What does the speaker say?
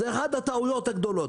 זו אחת הטעויות הגדולות.